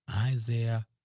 Isaiah